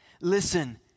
Listen